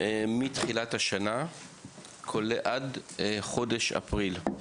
מתחילת השנה ועד חודש אפריל.